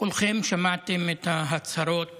כולכם שמעתם את ההצהרות